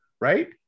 Right